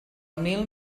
mil